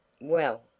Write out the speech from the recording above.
Well